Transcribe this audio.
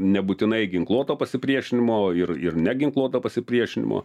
nebūtinai ginkluoto pasipriešinimo ir ir neginkluoto pasipriešinimo